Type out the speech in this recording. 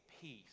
peace